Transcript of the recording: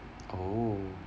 oh